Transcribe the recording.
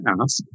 ask